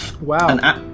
Wow